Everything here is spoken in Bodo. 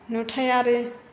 नुथायारि